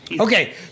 Okay